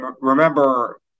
remember